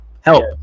help